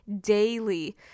daily